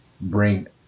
bring